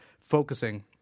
focusing